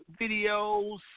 videos